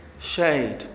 shade